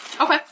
Okay